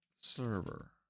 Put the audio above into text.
server